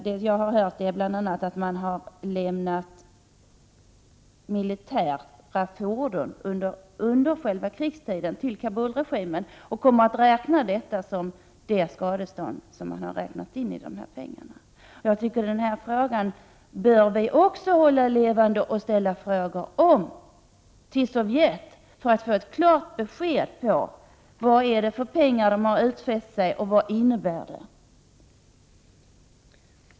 Det jag har hört är bl.a. att Sovjet under själva krigstiden har lämnat militära fordon till Kabulregimen, och att de kommer att räkna in detta i det angivna skadeståndsbeloppet. Den frågan bör vi också hålla levande och begära klart besked från Sovjet om vad det är för pengar de har utfäst sig att betala och vad löftet innebär.